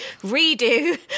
redo